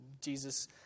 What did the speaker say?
Jesus